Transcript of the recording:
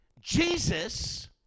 Jesus